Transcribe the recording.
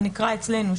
שכך זה נקרא אצלנו,